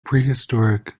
prehistoric